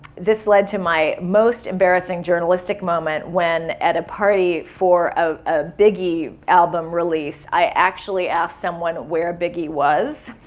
this led to my most embarrassing journalistic moment when at a party for a biggie album release, i actually asked someone where biggie was.